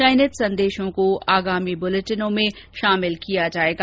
चयनित संदेशों को आगामी बुलेटिनों में शामिल किया जाएगा